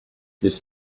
this